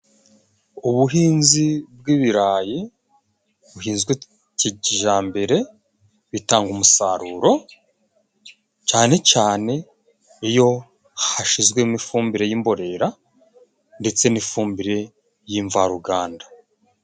Ubuhinzi bw'ibirayi buhinzwe kijambere, bitanga umusaruro cane cane iyo hashizwemo ifumbire y'imborera ndetse n'ifumbire y'imvaruganda.